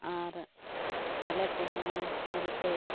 ᱟᱨ ᱟᱞᱮ ᱠᱚᱦᱚᱸ ᱟᱹᱰᱤᱛᱮᱫᱼᱮ